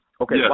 Okay